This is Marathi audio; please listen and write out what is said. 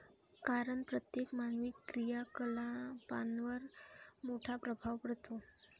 कारण प्रत्येक मानवी क्रियाकलापांवर मोठा प्रभाव पडतो